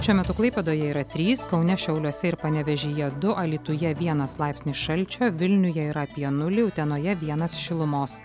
šiuo metu klaipėdoje yra trys kaune šiauliuose ir panevėžyje du alytuje vienas laipsnis šalčio vilniuje yra apie nulį utenoje vienas šilumos